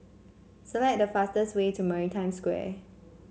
select the fastest way to Maritime Square